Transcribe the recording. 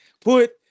Put